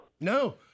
No